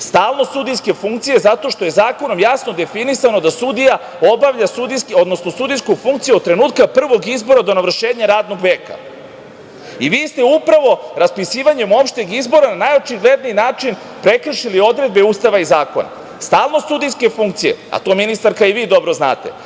stalnost sudijske funkcije zato što je zakonom jasno definisano da sudija obavlja sudijski, odnosno sudijsku funkciju od trenutka prvog izbora do navršenja radnog veka. Vi ste upravo raspisivanjem opšteg izbora na najočigledniji način prekršili odredbe Ustava i zakona. Stalnost sudijske funkcije, a to ministarka i vi to dobro znate,